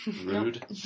Rude